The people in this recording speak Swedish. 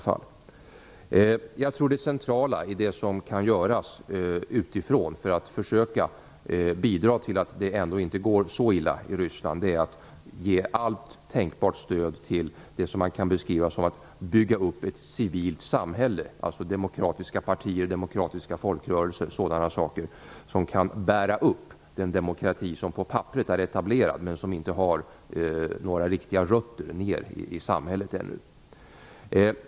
Jag tror att det centrala i det som kan göras utifrån för att försöka bidra till att det ändå inte går så illa i Ryssland är att ge allt tänkbart stöd till det som man kan beskriva som att bygga upp ett civilt samhälle, alltså demokratiska partier, demokratiska folkrörelser och sådana saker som kan bära upp den demokrati som är etablerad på papperet men som ännu inte har några rötter ned i samhället.